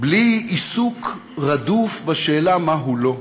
בלי עיסוק רדוף בשאלה מה הוא לא.